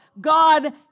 God